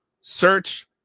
search